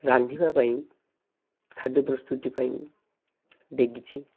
ରାନ୍ଧିବା ପାଇଁ ଖାଦ୍ୟ ପ୍ରସ୍ତୁତି ପାଇଁ ଡେକଚି